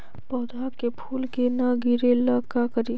पौधा के फुल के न गिरे ला का करि?